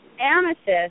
Amethyst